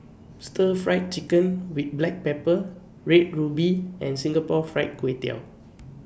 Stir Fried Chicken with Black Pepper Red Ruby and Singapore Fried Kway Tiao